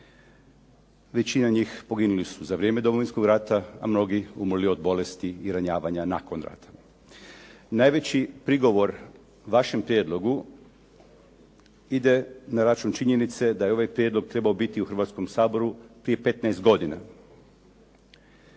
Većina njih poginuli su za vrijeme Domovinskog rata, a mnogi umrli od bolesti i ranjavanja nakon rata. Najveći prigovor vašem prijedlogu ide na račun činjenice da je ovaj prijedlog trebao biti u Hrvatskom saboru prije 15 godina.